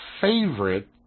favorite